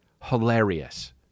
hilarious